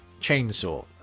chainsaw